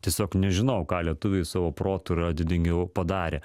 tiesiog nežinojau ką lietuviai savo protu yra didingiau padarę